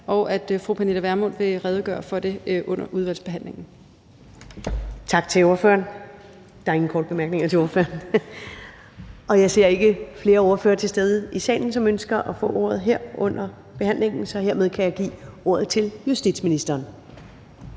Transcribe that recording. og at fru Pernille Vermund vil redegøre for det under udvalgsbehandlingen. Kl. 15:41 Første næstformand (Karen Ellemann): Tak til ordføreren. Der er ingen korte bemærkninger. Jeg ser ikke flere ordførere til stede i salen, som ønsker at få ordet her under behandlingen, så hermed kan jeg give ordet til justitsministeren.